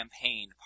campaign